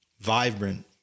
vibrant